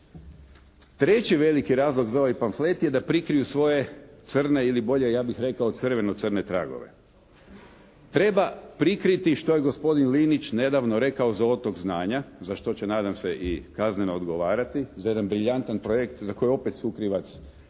Treći veliki razlog za ovaj pamflet je da prikriju svoje crne ili bolje ja bih rekao crveno-crne tragove. Treba prikriti što je gospodin Linić nedavno rekao za otok znanja, za što će nadam se i kazneno odgovarati, za jedan briljantan projekt za koji je opet sukrivac